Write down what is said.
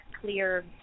clear